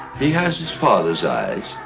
he has his father's eyes.